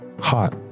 hot